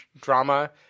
drama